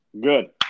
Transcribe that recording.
Good